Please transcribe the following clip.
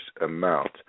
amount